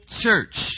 church